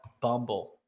Bumble